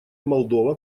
молдова